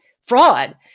fraud